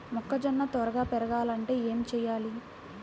మొక్కజోన్న త్వరగా పెరగాలంటే ఏమి చెయ్యాలి?